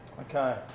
Okay